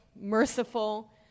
merciful